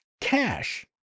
cash